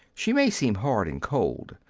she may seem hard and cold,